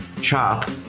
chop